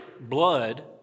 blood